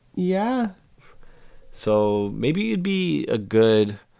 yeah so maybe you'd be a good.